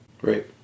Great